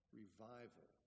revival